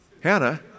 Hannah